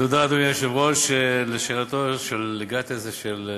תודה, אדוני היושב-ראש, לשאלתם של גטאס ושל גנאים,